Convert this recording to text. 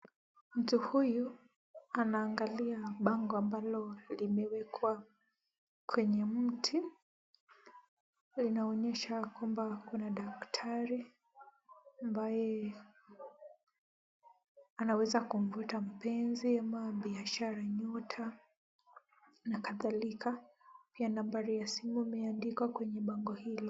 Mtu huyu anaangalia bango ambalo limewekwa kwenye mti . Linaonyesha kwamba kuna daktari ambaye anaweza kumvuta mpenzi ama biashara nyota na kadhalika. Pia nambari ya simu imeandikwa kwenye bango hilo.